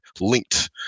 linked